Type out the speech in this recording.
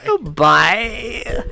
Bye